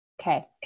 Okay